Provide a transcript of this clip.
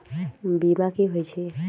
बीमा कि होई छई?